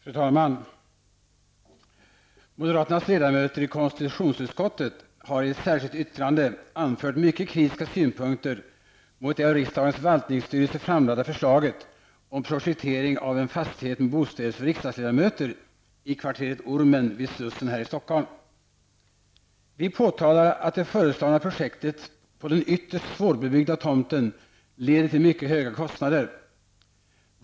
Fru talman! Vi moderata ledamöter i konstitutionsutskottet anför i ett särskilt yttrande mycket kritiska synpunkter på det av riksdagens förvaltningsstyrelse framlagda förslaget om projektering av en fastighet med bostäder för riksdagsledamöter i kvarteret Ormen vid Slussen här i Stockholm. Vi påtalar att det föreslagna projektet, och det handlar då om en ytterst svårbebyggd tomt, kommer att leda till mycket höga kostnader.